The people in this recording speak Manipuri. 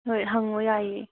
ꯍꯣꯏ ꯍꯪꯉꯣ ꯌꯥꯏꯌꯦ